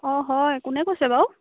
অঁ হয় কোনে কৈছে বাৰু